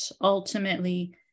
ultimately